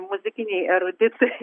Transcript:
muzikiniai eruditai